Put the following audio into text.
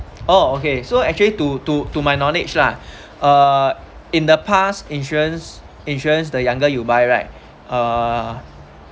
oh okay so actually to to to my knowledge lah uh in the past insurance insurance the younger you buy right uh